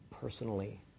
personally